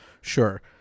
sure